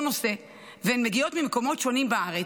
נושא והן מגיעות ממקומות שונים בארץ,